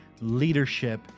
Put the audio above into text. leadership